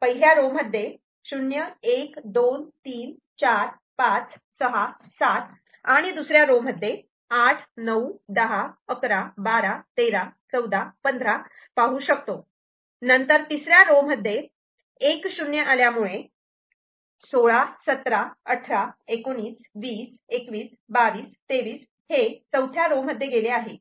पहिल्या रो मध्ये 0123 4567 आणि दुसऱ्या रो मध्ये 89101112131415 पाहू शकतो नंतर तिसऱ्या रोमध्ये 10 आल्यामुळे 1617181920212223 हे चौथ्या रो मध्ये गेले आहे